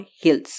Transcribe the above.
hills